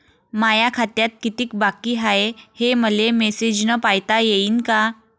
माया खात्यात कितीक बाकी हाय, हे मले मेसेजन पायता येईन का?